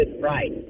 right